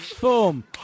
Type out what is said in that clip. Boom